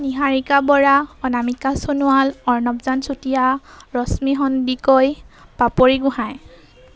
Niharika Bora Anamika Sonowal Arnavjan Chutia Rashmi Sandikai Papori Gohain